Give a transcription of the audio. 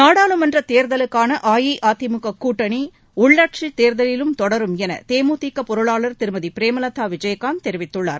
நாடாளுமன்ற தேர்தலுக்கான அஇஅதிமுக கூட்டணி உள்ளாட்சித் தேர்தலிலும் தொடரும் என தேமுதிக பொருளாளர் திருமதி பிரேமலதா விஜயகாந்த் தெரிவித்துள்ளார்